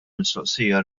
mistoqsija